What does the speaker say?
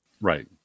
Right